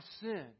sin